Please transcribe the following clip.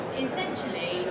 Essentially